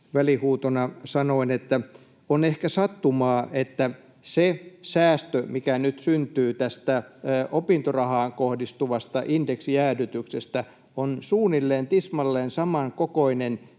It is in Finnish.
välihuutona sanoin. On ehkä sattumaa, että se säästö, mikä nyt syntyy tästä opintorahaan kohdistuvasta indeksijäädytyksestä, on suunnilleen samankokoinen